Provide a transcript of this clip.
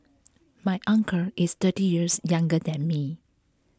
my uncle is thirty years younger than me